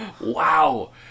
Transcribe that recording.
Wow